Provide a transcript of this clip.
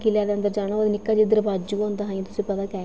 किला दे अंदर जाना होऐ तां निक्का जनेहा दरवाजू होंदा हा तुसेंगी पता ऐ